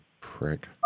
prick